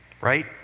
right